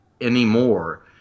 anymore